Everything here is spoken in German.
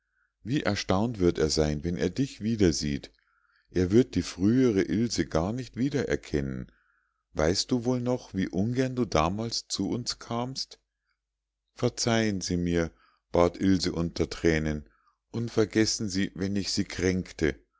wie erstaunt wird er sein wenn er dich wiedersieht er wird die frühere ilse gar nicht wieder erkennen weißt du wohl noch wie ungern du damals zu uns kamst verzeihen sie mir bat ilse unter thränen und vergessen sie wenn ich sie kränkte